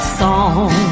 song